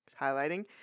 Highlighting